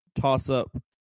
toss-up